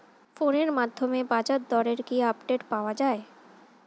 ফোনের মাধ্যমে বাজারদরের কি আপডেট পাওয়া যায়?